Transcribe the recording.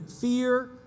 fear